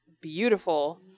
beautiful